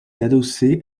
adossé